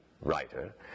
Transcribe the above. writer